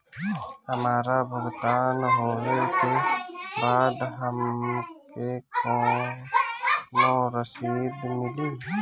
हमार भुगतान होबे के बाद हमके कौनो रसीद मिली?